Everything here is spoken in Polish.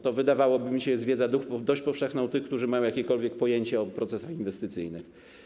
To, wydawałoby mi się, jest wiedza dość powszechna u tych, którzy mają jakiekolwiek pojęcie o procesach inwestycyjnych.